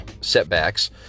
setbacks